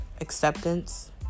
acceptance